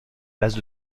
bases